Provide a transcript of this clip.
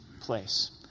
place